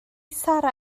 sarra